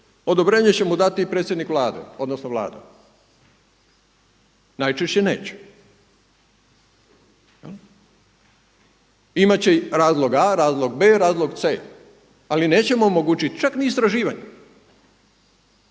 odobrenje će mu dati predsjednik Vlade odnosno Vlada. Najčešće neće. Imat će razlog a), razlog b), razlog c) ali neće mu omogućiti čak niti istraživanje.